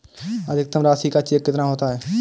अधिकतम राशि का चेक कितना होता है?